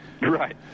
Right